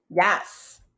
yes